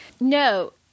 No